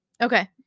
okay